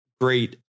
great